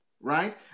right